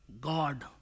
God